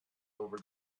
over